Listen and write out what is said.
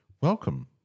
welcome